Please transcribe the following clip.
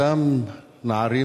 אותם נערים,